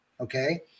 Okay